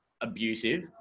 abusive